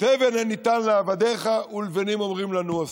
"תבן אין ניתן לעבדיך ולבנים אומרים לנו עשו".